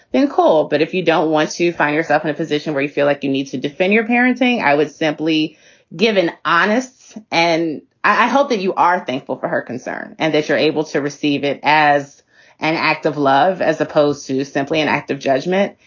bankole. but if you don't want to find yourself in a position where you feel like you need to defend your parenting, i was simply given honest. and i hope that you are thankful for her concern and that you're able to receive it as an and act of love as opposed to simply an act of judgment,